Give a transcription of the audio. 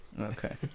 Okay